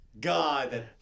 God